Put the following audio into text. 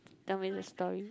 tell me the story